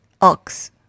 ox